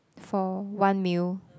for one meal